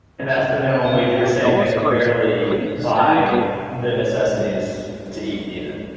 and that's the minimum wage you're saying that could barely buy the necessities to eat even